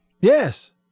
Yes